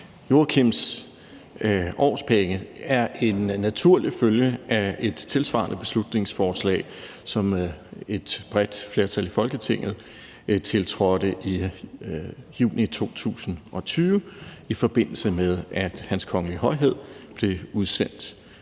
Joachims årpenge, er en naturlig følge af et tilsvarende beslutningsforslag, som et bredt flertal i Folketinget tiltrådte i juni 2020, i forbindelse med at Hans Kongelige Højhed Prins